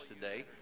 today